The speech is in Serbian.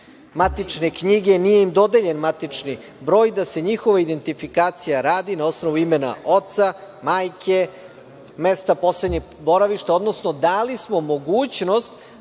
matične knjige, nije im dodeljen matični broj, da se njihova identifikacija radi na osnovu imena oca, majke, mesta poslednjeg boravišta odnosno dali smo mogućnost